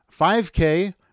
5K